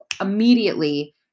immediately